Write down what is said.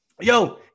Yo